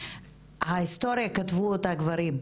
שההיסטוריה כתבו אותה גברים,